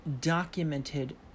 documented